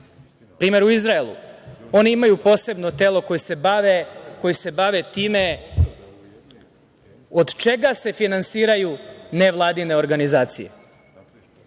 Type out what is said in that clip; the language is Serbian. primer u Izraelu. Oni imaju posebno telo koje se bavi time od čega se finansiraju nevladine organizacije.